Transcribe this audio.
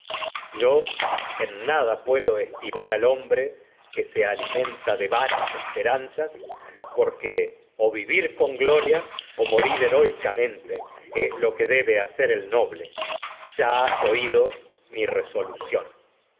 yo en nada puedo hombre vivir que con alimenta de o vanas esperanzas es o gloria morir heroicamente oido mi lo que debe hacer el noble ya has resolución